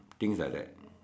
things like that